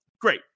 Great